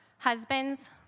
Husbands